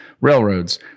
railroads